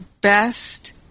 best